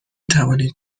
توانید